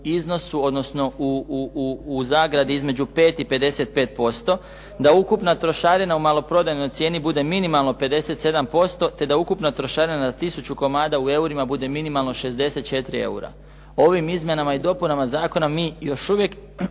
iznosu, odnosno u zagradi između 5 i 55%, da ukupna trošarina u maloprodajnoj cijeni bude minimalno 57%, te da ukupna trošarina na tisuću komada u eurima bude minimalno 64 eura. Ovim izmjenama i dopunama zakona mi još uvijek